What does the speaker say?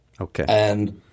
Okay